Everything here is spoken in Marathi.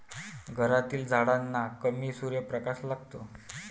घरातील झाडांना कमी सूर्यप्रकाश लागतो